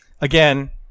again